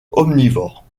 omnivore